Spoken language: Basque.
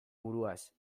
buruaz